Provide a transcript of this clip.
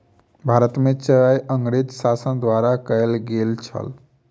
भारत में चाय अँगरेज़ शासन द्वारा कयल गेल छल